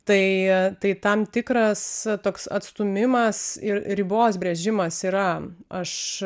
tai tai tam tikras toks atstūmimas ir ribos brėžimas yra aš